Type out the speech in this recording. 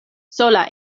sola